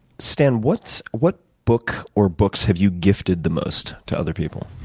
stan, what what book or books have you gifted the most to other people?